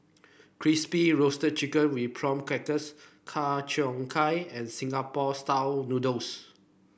Crispy Roasted Chicken with Prawn Crackers Ku Chai Kueh and Singapore noodles